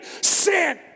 Sin